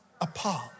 apart